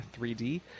3D